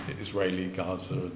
Israeli-Gaza